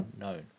unknown